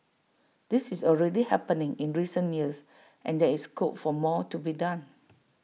this is already happening in recent years and there is scope for more to be done